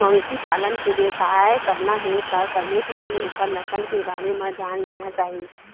मवेशी पालन के बेवसाय करना हे त सबले पहिली ओखर नसल के बारे म जान लेना चाही